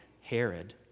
Herod